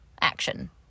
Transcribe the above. action